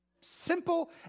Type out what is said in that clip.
Simple